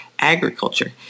agriculture